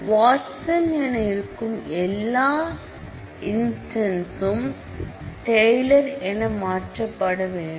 Watson என இருக்கும் எல்லா இன்ஸ்டன்ஸ் உம் டெய்லர் என மாற்றப்பட வேண்டும்